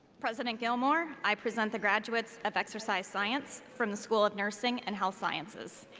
president gilmour, i present the graduates of exercise science from the school of nursing and health sciences.